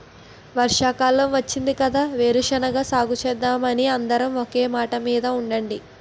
వర్షాకాలం వచ్చింది కదా వేరుశెనగ సాగుసేద్దామని అందరం ఒకే మాటమీద ఉండండి